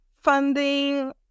funding